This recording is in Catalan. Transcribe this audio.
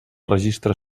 registre